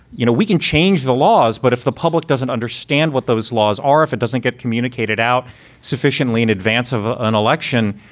you know, we can change the laws, but if the public doesn't understand what those laws are, if it doesn't get communicated out sufficiently in advance of ah an election,